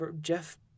Jeff